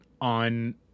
on